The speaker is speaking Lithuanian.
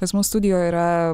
pas mus studijoj yra